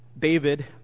David